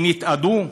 הם יתאדו?